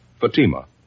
Fatima